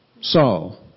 Saul